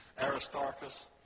Aristarchus